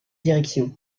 direction